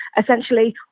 essentially